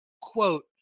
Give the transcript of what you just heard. quote